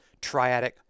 triadic